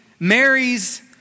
Mary's